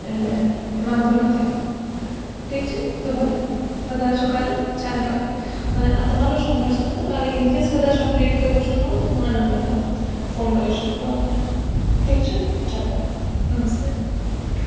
એટલે એ વાંધો નથી આપને ઠીક છે તો ભલે પધારશો કાલે ચારેક વાગ્યે અને આ તમારો જ નંબર છે ને તો કાલે ઇન્કેસ કદાચ આપ લેટ કે એવું કશું થાઓ તો આ નંબર પર ફોન કરી શકું આપને ઠીક છે ચાલો બાય નમસ્તે